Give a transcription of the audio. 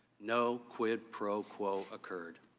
no quid pro quo occurred.